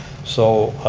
so,